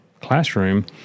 classroom